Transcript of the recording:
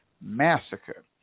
massacre